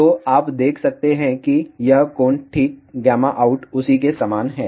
तो आप देख सकते हैं कि यह कोण ठीक out उसी के समान है